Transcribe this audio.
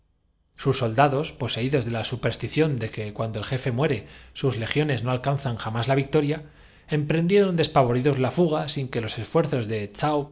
evaporarse en la superstición de que cuando el el camino reaparecen en china en toda su integridad jefe muere sus le giones no alcanzan jamás la victoria emprendieron no es este el momento de las explicaciones despavoridos la fuga sin que los esfuerzos de